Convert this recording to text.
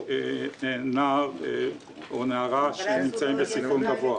לקלוט נער או נערה שנמצאים בסיכון גבוה.